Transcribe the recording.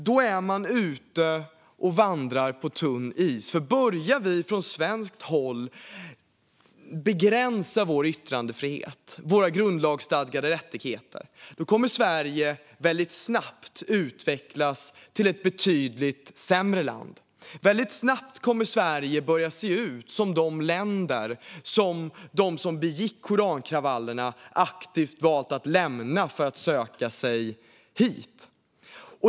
Vi är ute och vandrar på tunn is om vi från svenskt håll börjar begränsa vår yttrandefrihet och våra grundlagsstadgade rättigheter, för då kommer Sverige väldigt snabbt att utvecklas till ett betydligt sämre land. Väldigt snabbt kommer Sverige att börja se ut som de länder som de som begick korankravallerna aktivt valt att lämna för att söka sig hit.